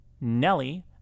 Nelly